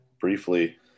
briefly